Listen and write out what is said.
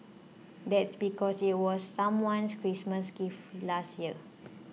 that's because it was someone's Christmas gift last year